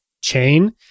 chain